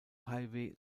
highway